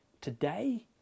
today